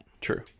True